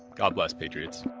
god bless, patriots.